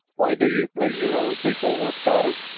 why do you flee your own people, wolf daughter?